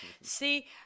See